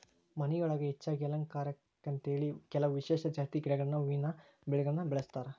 ಮನಿಯೊಳಗ ಹೆಚ್ಚಾಗಿ ಅಲಂಕಾರಕ್ಕಂತೇಳಿ ಕೆಲವ ವಿಶೇಷ ಜಾತಿ ಗಿಡಗಳನ್ನ ಹೂವಿನ ಬಳ್ಳಿಗಳನ್ನ ಬೆಳಸ್ತಾರ